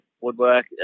woodwork